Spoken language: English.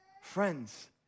Friends